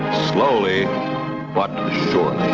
slowly but surely